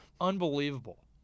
unbelievable